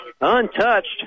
Untouched